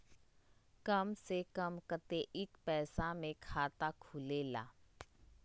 कम से कम कतेइक पैसा में खाता खुलेला?